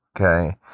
Okay